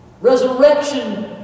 Resurrection